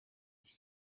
iki